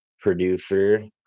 producer